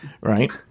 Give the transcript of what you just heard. right